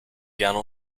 gerne